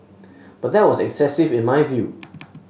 but that was excessive in my view